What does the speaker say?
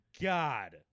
god